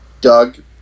Doug